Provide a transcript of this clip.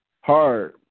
hard